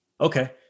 Okay